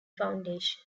foundation